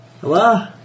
hello